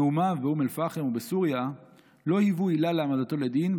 נאומיו באום אל-פחם ובסוריה לא היוו עילה להעמדתו לדין,